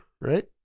right